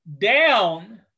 down